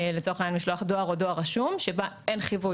לצורך העניין משלוח דואר או דואר רשום בה אין חיווי